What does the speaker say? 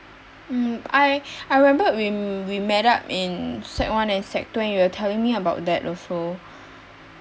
um I I remembered we we met up in sec one and sec two and you were telling me about that also